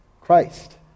christ